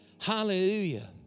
hallelujah